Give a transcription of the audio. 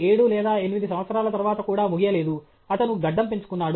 7 లేదా 8 సంవత్సరాల తరువాత కూడా ముగియలేదు అతను గడ్డం పెంచుకున్నాడు